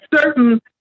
certain